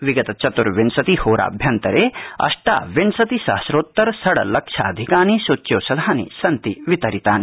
विगत चत्र्विंशति होरा भ्यन्तर अष्टाविंशति सहस्रोत्तर षड् लक्षाधिकानि सूच्यौषधानि सन्ति वितरितानि